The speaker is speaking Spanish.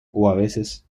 veces